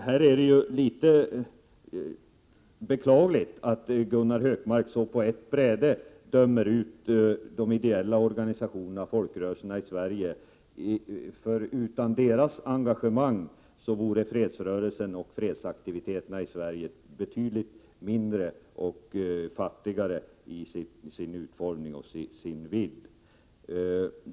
Det är litet beklagligt att Gunnar Hökmark på ett bräde dömer ut de ideella organisationerna, folkrörelserna i Sverige. Utan deras engagemang vore fredsrörelsen och fredsaktiviteterna i Sverige betydligt fattigare i sin utformning och sin vidd.